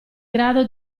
grado